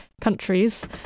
countries